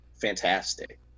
fantastic